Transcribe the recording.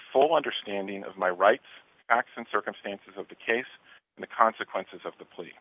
full understanding of my rights acts and circumstances of the case and the consequences of the pl